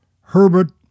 Herbert